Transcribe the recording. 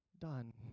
done